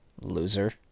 Loser